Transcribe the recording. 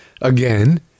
again